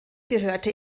gehörte